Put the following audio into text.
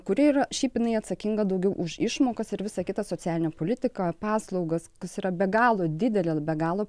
kuri yra šiaip jinai atsakinga daugiau už išmokas ir visą kitą socialinę politiką paslaugas kas yra be galo didelė be galo